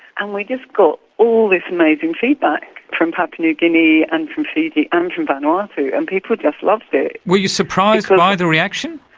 and we just got all this amazing feedback from papua new guinea, and from fiji, and from vanuatu. and people just loved it. were you surprised by the reaction?